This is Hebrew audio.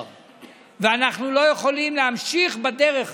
ואנחנו לא יכולים להמשיך בדרך הזאת.